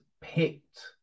picked